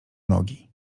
nogi